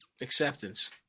Acceptance